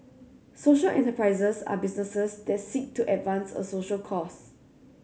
social enterprises are businesses that seek to advance a social cause